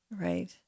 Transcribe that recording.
Right